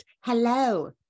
Hello